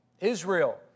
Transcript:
Israel